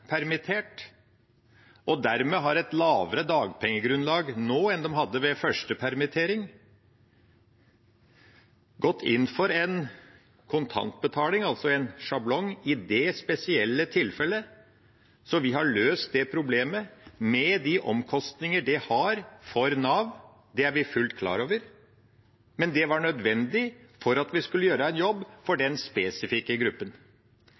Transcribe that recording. permittert og dermed har et lavere dagpengegrunnlag nå enn de hadde ved første permittering, har vi i Senterpartiet, Arbeiderpartiet og SV gått inn for en kontantbetaling, altså en sjablong, i det spesielle tilfellet. Vi har løst det problemet, med de omkostninger det har for Nav. Det er vi fullt klar over, men det var nødvendig for at vi skulle gjøre en jobb for den spesifikke gruppen.